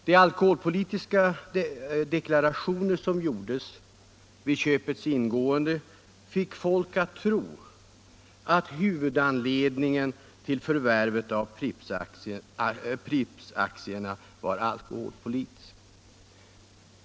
De alkoholpolitiska deklarationer som gjordes vid köpets ingående fick folk att tro att huvudanledningen till förvärvet av Prippaktierna var alkoholpolitisk.